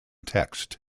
text